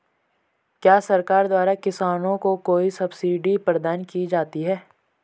क्या सरकार द्वारा किसानों को कोई सब्सिडी प्रदान की जाती है?